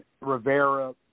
Rivera